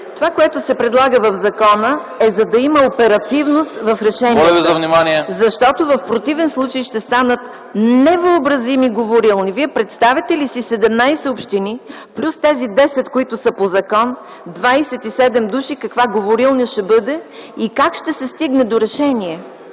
Това, което се предлага в закона е, за да има оперативност в решенията. Защото в противен случай ще станат невъобразими говорилни. Вие представяте ли си 17 общини плюс тези 10, които са по закон – 27 души, каква говорилня ще бъде и как ще се стигне до решение?